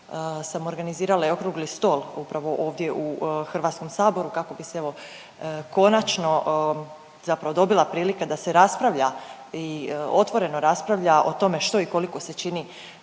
sam organizirala i okrugli stol upravo ovdje u HS kako bi se evo konačno zapravo dobila prilika da se raspravlja i otvoreno raspravlja o tome što i koliko se čini